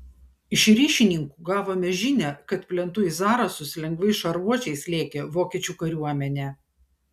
iš ryšininkų gavome žinią kad plentu į zarasus lengvais šarvuočiais lėkė vokiečių kariuomenė